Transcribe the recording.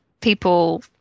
people